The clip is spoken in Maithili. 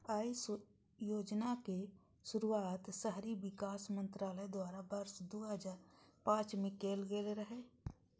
अय योजनाक शुरुआत शहरी विकास मंत्रालय द्वारा वर्ष दू हजार पांच मे कैल गेल रहै